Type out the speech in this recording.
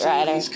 Rider